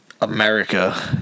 america